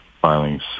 filings